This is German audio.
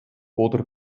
oder